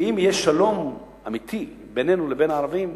כי אם יהיה שלום אמיתי בינינו לבין הערבים,